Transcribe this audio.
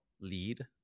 lead